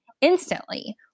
instantly